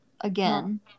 Again